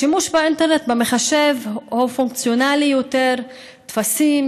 השימוש באינטרנט במחשב הוא פונקציונלי יותר: טפסים,